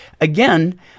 again